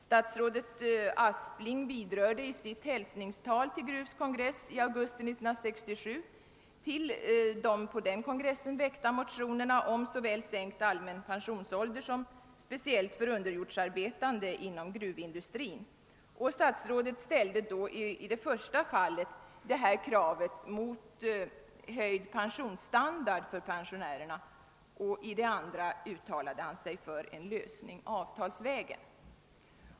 Statsrådet Aspling vidrörde i sitt hälsningstal vid Gruvs kongress i augusti 1967 till kongressen väckta motioner om såväl sänkt allmän pensionsålder som sänkt pensionsålder speciellt för underjordsarbetare inom gruvindustrin. Statsrådet ställde i det första fallet detta krav mot höjd pensionsstandard för pensionärerna, och i det andra uttalade han sig för en lösning avtalsvägen.